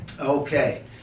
Okay